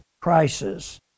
crisis